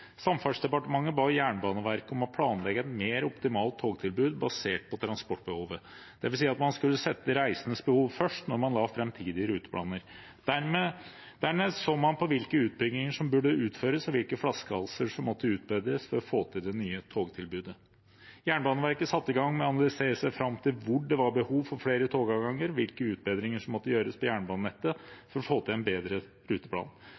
Samferdselsdepartementet ba Jernbaneverket om å planlegge et mer optimalt togtilbud basert på transportbehovet, dvs. at man skulle sette reisendes behov først når man la framtidige ruteplaner. Dernest så man på hvilke utbygginger som burde utføres, og hvilke flaskehalser som måtte utbedres for å få til det nye togtilbudet. Jernbaneverket satte i gang med å analysere seg fram til hvor det var behov for flere togavganger, og hvilke utbedringer som måtte gjøres på jernbanenettet for å få til en bedre ruteplan.